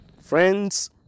Friends